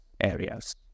areas